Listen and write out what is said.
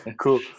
Cool